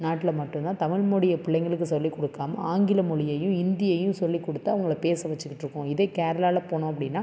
நாட்டில் மட்டுந்தான் தமிழ்மொழியை பிள்ளைங்களுக்கு சொல்லிக்கொடுக்காம ஆங்கில மொழியையும் ஹிந்தியையும் சொல்லிக்கொடுத்து அவங்களை பேச வச்சிக்கிட்டுருக்கோம் இதே கேரளால போனோம் அப்படின்னா